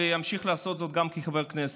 ואמשיך לעשות זאת גם כחבר כנסת.